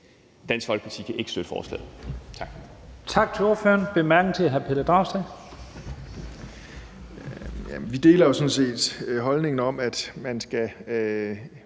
Dansk Folkeparti kan ikke støtte forslaget.